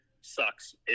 sucks